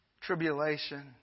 tribulation